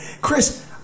Chris